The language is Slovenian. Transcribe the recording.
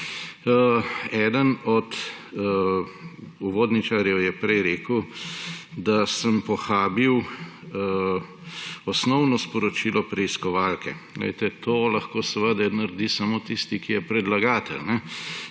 Eden od uvodničarjev je prej rekel, da sem pohabil osnovno sporočilo preiskovalke. To lahko naredi samo tisti, ki je predlagatelj.